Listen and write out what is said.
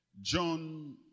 John